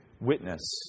witness